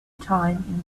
time